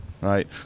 Right